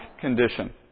condition